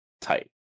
tight